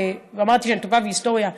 אמרתי שאני טובה בהיסטוריה,